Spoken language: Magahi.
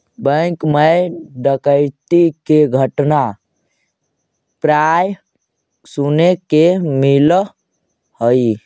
बैंक मैं डकैती के घटना प्राय सुने के मिलऽ हइ